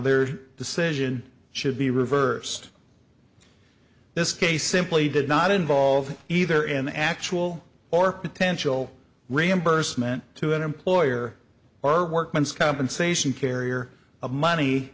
their decision should be reversed this case simply did not involve either an actual or potential reimbursement to an employer or workman's compensation carrier of money